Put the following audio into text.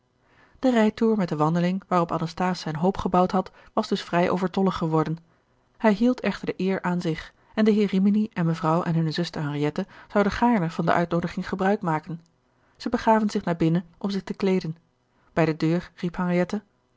de rijtoer met de wandeling waarop anasthase zijn hoop gebouwd had was dus vrij overtollig geworden hij hield echter de eer aan zich en de heer rimini en mevrouw en hunne zuster henriette zouden gaarne van de uitnoodiging gebruik maken zij begaven zich naar binnen om zich te kleeden bij de deur